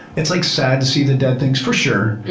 it's like sad to see the dead things for sure,